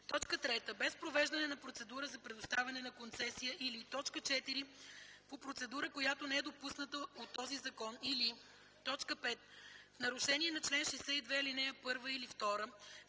или 3. без провеждане на процедура за предоставяне на концесия, или 4. по процедура, която не е допусната от този закон, или 5. в нарушение на чл. 62, ал. 1 или 2,